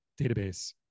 database